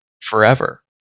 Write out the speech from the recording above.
forever